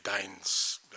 Dane's